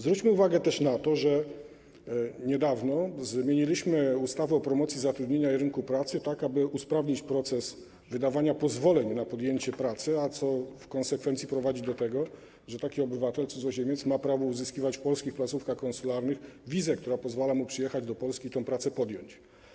Zwróćmy uwagę też na to, że niedawno zmieniliśmy ustawę o promocji zatrudnienia i instytucjach rynku pracy, tak aby usprawnić proces wydawania pozwoleń na podjęcie pracy, co w konsekwencji prowadzi do tego, że taki obywatel, cudzoziemiec ma prawo uzyskiwać w polskich placówkach konsularnych wizę, która pozwala mu przyjechać do Polski i tę pracę podjąć.